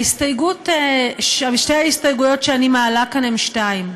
ההסתייגויות שאני מעלה כאן הן שתיים: